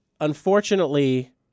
unfortunately